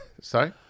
Sorry